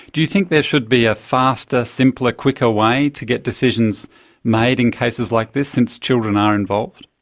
do you think there should be a faster, simpler, quicker way to get decisions made in cases like this, since children are involved?